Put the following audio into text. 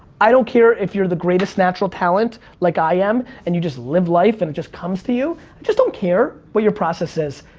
i don't care if you're the greatest natural talent like i am and you just live life and it just comes to you. i just don't care what your process is.